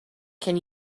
can